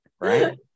Right